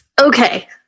Okay